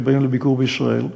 שבאים לביקור בישראל,